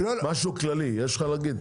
משהו כללי יש לך להגיד?